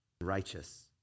Righteous